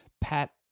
Pat